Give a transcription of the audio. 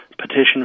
Petition